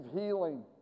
healing